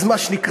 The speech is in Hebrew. אז מה שנקרא,